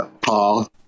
Paul